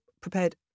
prepared